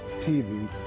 TV